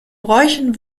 bräuchen